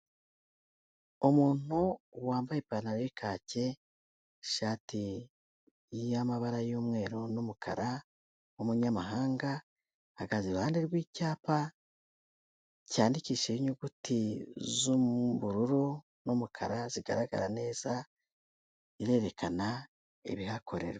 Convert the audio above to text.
Umuntu wambaye ipantaro y'ikake, ishati y'amabara y'umweru n'umukara w'umunyamahanga ahagaze iruhande rw'icyapa cyandikishijeho inyuguti z'ubururu n'umukara zigaragara neza yererekana ibihakorerwa.